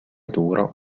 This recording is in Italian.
duro